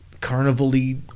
carnival-y